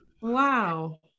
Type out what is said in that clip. Wow